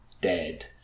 dead